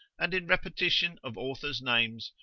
and in repetition of authors' names,